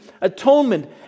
atonement